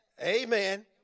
Amen